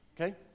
Okay